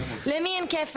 למי אין כפל?